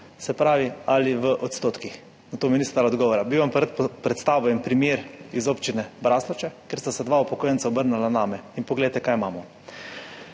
vsem enako ali v odstotkih. Na to mi niste dali odgovora. Bi vam pa rad predstavil en primer iz občine Braslovče, kjer sta se dva upokojenca obrnila name in poglejte, kaj imamo.